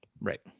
Right